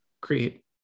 create